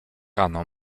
rano